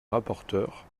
rapporteure